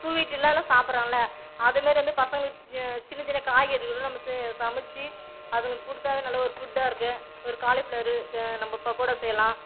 சுவீட்டுலாம் எல்லாம் சாப்புடுறோம்ல அதை மாதிரி வந்து பசங்களுக்கு சின்னச்சின்ன காய்கறிகளும் நம்ம ச சமைச்சி அதுங்களுக்கு கொடுத்தாவே நல்ல ஒரு ஃபுட்டா இருக்குது ஒரு காலிஃப்ளவர் க நம்ம பகோடா செய்யலாம்